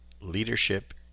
leadership